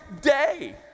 day